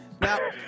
Now